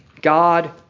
God